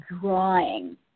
drawing